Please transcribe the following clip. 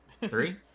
Three